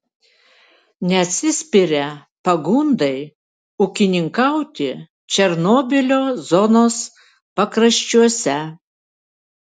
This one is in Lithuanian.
neatsispiria pagundai ūkininkauti černobylio zonos pakraščiuose